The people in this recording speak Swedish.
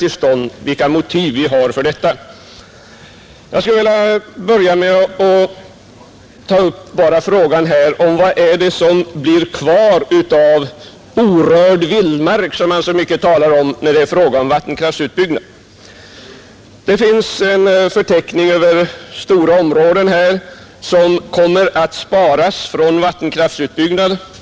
Jag skulle vilja börja med att bara ta upp frågan om vad som blir kvar av orörd vildmark, som man så mycket talar om när det gäller vattenkraftutbyggnad. Det finns en förteckning över stora områden som kommer att sparas från vattenkraftutbyggnad.